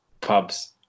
pubs